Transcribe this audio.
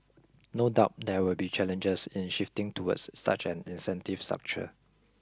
no doubt there will be challenges in shifting towards such an incentive structure